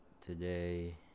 Today